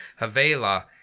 Havela